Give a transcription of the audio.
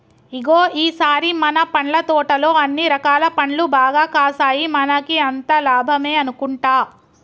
ఇగో ఈ సారి మన పండ్ల తోటలో అన్ని రకాల పండ్లు బాగా కాసాయి మనకి అంతా లాభమే అనుకుంటా